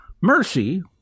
Mercy